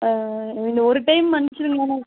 ஆ இந்த ஒரு டைம் மன்னிச்சுருங்க மேடம்